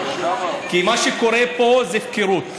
כי מה שקורה פה זאת הפקרות,